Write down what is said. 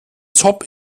zob